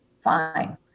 fine